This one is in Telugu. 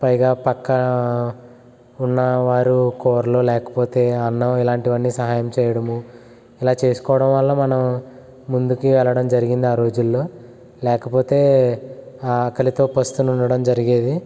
పైగా పక్క ఉన్నవారు కోరలు లేకపోతే అన్నం ఇలాంటివి అన్నీ సహాయం చేయడం ఇలా చేసుకోవడం వల్ల మనం ముందుకు వెళ్ళడం జరిగింది ఆ రోజులలో లేకపోతే ఆకలితో పస్తులు ఉండడం జరిగేది